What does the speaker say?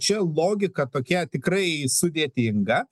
čia logika tokia tikrai sudėtinga